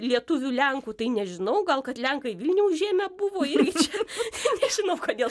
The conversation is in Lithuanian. lietuvių lenkų tai nežinau gal kad lenkai vilnių užėmę buvo irgi čia nežinau kodėl